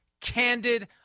candid